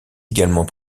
également